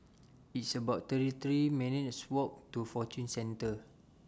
It's about thirty three minutes' Walk to Fortune Centre